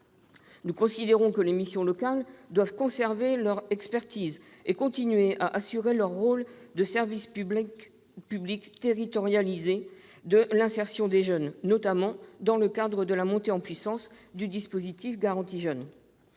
Nous considérons que les missions locales doivent conserver leur expertise et continuer à assurer leur rôle de service public territorialisé de l'insertion des jeunes, notamment dans le cadre de la montée en puissance du dispositif garantie jeunes.